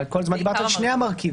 אבל כל הזמן דיברתם על שני המרכיבים,